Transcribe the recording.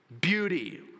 beauty